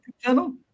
channel